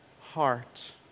heart